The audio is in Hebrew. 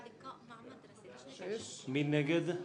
מי נגד?